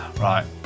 Right